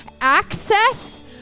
access